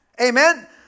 Amen